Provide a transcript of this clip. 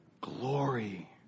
glory